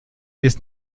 ist